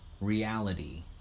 reality